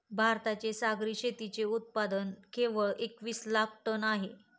भारताचे सागरी शेतीचे उत्पादन केवळ एकवीस लाख टन आहे